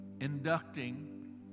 inducting